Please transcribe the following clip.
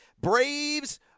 Braves